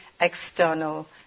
external